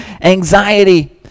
anxiety